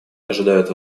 ожидают